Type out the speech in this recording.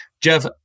Jeff